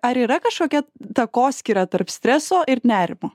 ar yra kažkokia takoskyra tarp streso ir nerimo